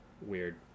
weird